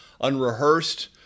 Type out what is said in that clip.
unrehearsed